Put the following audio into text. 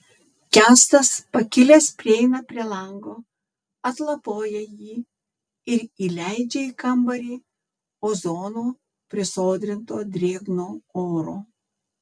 kęstas pakilęs prieina prie lango atlapoja jį ir įleidžia į kambarį ozono prisodrinto drėgno oro